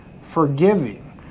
forgiving